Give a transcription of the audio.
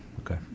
Okay